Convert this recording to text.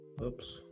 Oops